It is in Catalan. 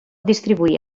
distribuir